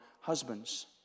husbands